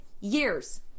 years